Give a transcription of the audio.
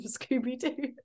Scooby-Doo